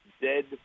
dead